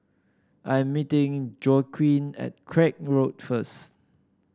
I'm meeting Joaquin at Craig Road first